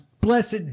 blessed